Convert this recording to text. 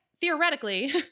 theoretically